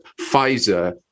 Pfizer